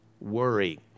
worry